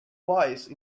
wise